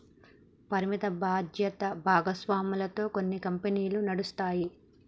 పరిమిత బాధ్యత భాగస్వామ్యాలతో కొన్ని కంపెనీలు నడుస్తాయి